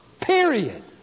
period